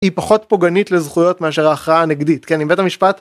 היא פחות פוגענית לזכויות מאשר ההכרעה הנגדית כן אם בית המשפט